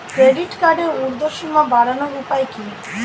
Credit কার্ডের উর্ধ্বসীমা বাড়ানোর উপায় কি?